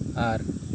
ᱟᱨ